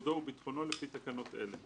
כבודו וביטחונו, לפי תקנות אלה,